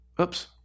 Oops